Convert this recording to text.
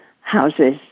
houses